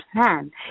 plan